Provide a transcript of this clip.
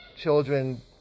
children